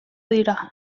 dira